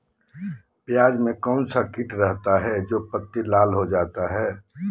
प्याज में कौन सा किट रहता है? जो पत्ती लाल हो जाता हैं